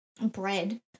bread